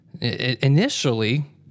initially